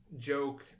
Joke